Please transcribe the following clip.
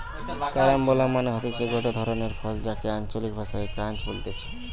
carambola মানে হতিছে গটে ধরণের ফল যাকে আঞ্চলিক ভাষায় ক্রাঞ্চ বলতিছে